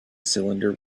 cylinder